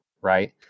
right